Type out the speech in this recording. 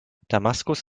damaskus